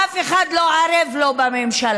אף אחד לא ערב לו בממשלה.